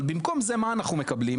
אבל במקום זה מה אנחנו מקבלים?